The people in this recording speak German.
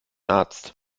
arzt